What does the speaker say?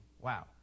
Wow